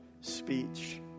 speech